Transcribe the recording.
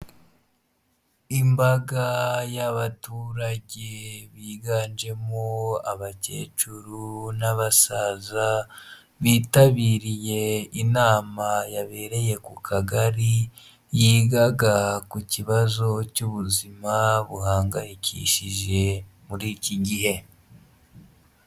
Imbaga y'abaturage biganjemo abakecuru n'abasaza bitabiriye inama yabereye ku kagari, yigaga ku kibazo cy'ubuzima buhangayikishije muri iki gihe.